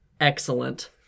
excellent